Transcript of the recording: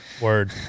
Word